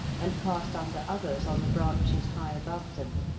and passed under others on the branches high above them.